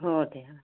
हो ते या